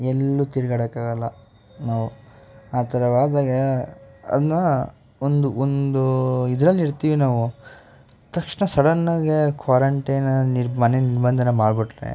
ಎಲ್ಲೂ ತಿರ್ಗಾಡೋಕ್ಕಾಗಲ್ಲ ನಾವು ಆ ಥರವಾದಾಗ ಅದನ್ನ ಒಂದು ಒಂದೂ ಇದ್ರಲ್ಲಿ ಇರ್ತೀವಿ ನಾವು ತಕ್ಷಣ ಸಡನ್ನಾಗೆ ಕ್ವಾರಂಟೈನ್ ನೀರು ಮನೆ ನಿರ್ಬಂಧನ ಮಾಡಿಬಿಟ್ರೆ